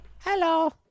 Hello